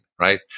right